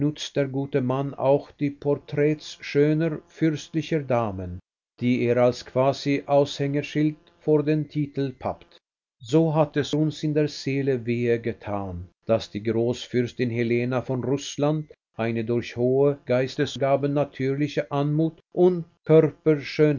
der gute mann auch die porträts schöner fürstlicher damen die er als quasi aushängeschild vor den titel pappt so hat es uns in der seele wehe getan daß die großfürstin helena von rußland eine durch hohe geistesgaben natürliche anmut und